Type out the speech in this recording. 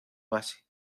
base